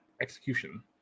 execution